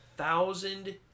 thousand